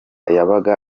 yabaga